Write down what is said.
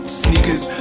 sneakers